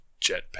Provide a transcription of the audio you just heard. jetpack